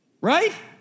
Right